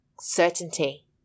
certainty